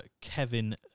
Kevin